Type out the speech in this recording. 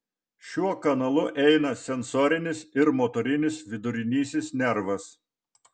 šiuo kanalu eina sensorinis ir motorinis vidurinysis nervas